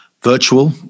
virtual